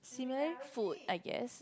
similarly food I guess